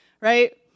right